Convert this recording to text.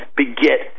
beget